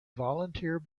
volunteer